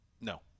No